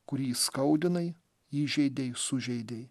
kurį įskaudinai įžeidei sužeidei